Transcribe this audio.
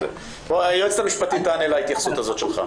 היועצת המשפטית תענה להתייחסות הזאת שלך.